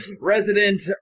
resident